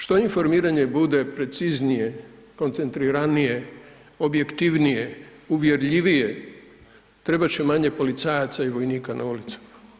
Što informiranje bude preciznije, koncentriranije, objektivnije, uvjerljivije trebat će manje policajaca i vojnika na ulici.